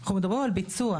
אנחנו מדברים על ביצוע.